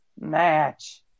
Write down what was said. Match